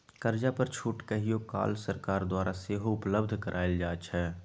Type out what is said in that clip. कर्जा पर छूट कहियो काल सरकार द्वारा सेहो उपलब्ध करायल जाइ छइ